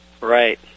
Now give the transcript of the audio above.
Right